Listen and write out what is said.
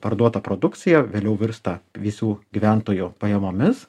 parduota produkcija vėliau virsta visų gyventojų pajamomis